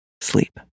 sleep